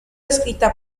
escrita